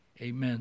amen